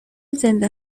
زنده